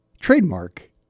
trademark